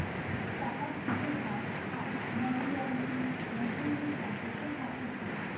টাকার সুদের হার আর ম্যাচুয়ারিটির মধ্যে যে সম্পর্ক থাকতিছে